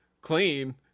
clean